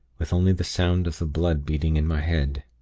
with only the sound of the blood beating in my head.